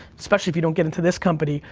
especially if you don't get into this company,